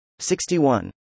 61